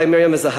חיה מרים וזהבה.